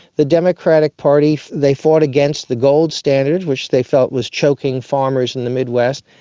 the democratic party, they fought against the gold standard, which they felt was choking farmers in the midwest.